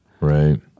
right